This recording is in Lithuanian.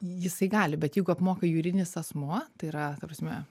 jisai gali bet jeigu apmoka juridinis asmuo tai yra ta prasme